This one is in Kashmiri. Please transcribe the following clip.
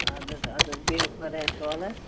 اَدٕ حظ اَدٕ حظ بِہِو خدایَس حَوالہٕ